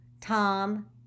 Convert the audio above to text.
Tom